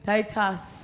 Titus